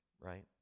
right